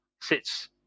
sits